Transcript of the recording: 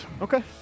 okay